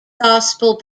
gospel